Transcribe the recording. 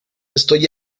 estoy